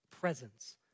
presence